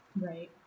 Right